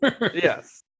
Yes